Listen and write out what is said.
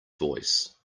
voice